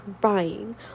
crying